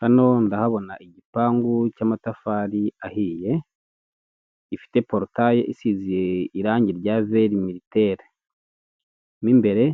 Hano ndahabona igipangu cy'amatafari ahiye, gifite porotaye isize irange rya vere miritere. Mo imbere